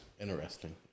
Interesting